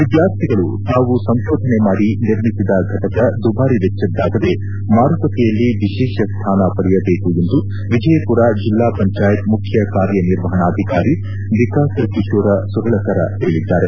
ವಿದ್ಯಾರ್ಥಿಗಳು ತಾವು ಸಂಶೋಧನೆ ಮಾಡಿ ನಿರ್ಮಿಸಿದ ಘಟಕ ದುಬಾರಿ ವೆಚ್ವದ್ದಾಗದೇ ಮಾರುಕಟ್ಟೆಯಲ್ಲಿ ವಿಶೇಷ ಸ್ಟಾನ ಪಡೆಯಬೇಕು ಎಂದು ವಿಜಯಪುರ ಜಿಲ್ಲಾ ಪಂಚಾಯತ್ ಮುಖ್ಯ ಕಾರ್ಯನಿರ್ವಹಣಾಧಿಕಾರಿ ವಿಕಾಸ ಕಿಶೋರ ಸುರಳಕರ ಹೇಳಿದ್ದಾರೆ